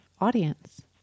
audience